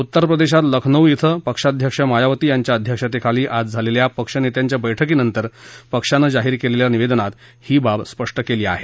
उत्तर प्रदेशात लखनौ इथपिक्षाध्यक्ष मायावती याच्या अध्यक्षतेखाली आज झालेल्या पक्षनेत्याच्या बैठकीनस्ति पक्षानज्ञाहीर केलेल्या निवेदनात ही बाब स्पष्ट केली आहे